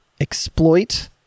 Exploit